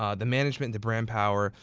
um the management, the brain power,